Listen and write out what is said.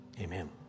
Amen